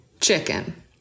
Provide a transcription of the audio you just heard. chicken